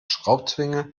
schraubzwinge